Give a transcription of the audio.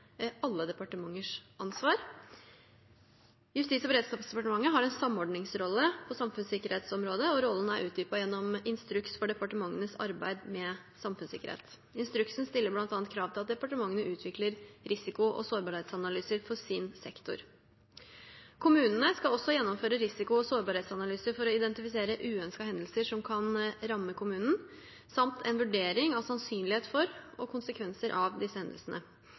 alle departementers ansvar. Justis- og beredskapsdepartementet har en samordningsrolle på samfunnssikkerhetsområdet, og rollen er utdypet gjennom Instruks for departementenes arbeid med samfunnssikkerhet. Instruksen stiller bl.a. krav til at departementene utvikler risiko- og sårbarhetsanalyser for sin sektor. Kommunene skal også gjennomføre risiko- og sårbarhetsanalyser for å identifisere uønskede hendelser som kan ramme kommunene, samt en vurdering av sannsynlighet for og konsekvenser av disse